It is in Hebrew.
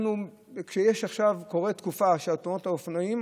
עכשיו יש תקופה של תאונות אופנועים,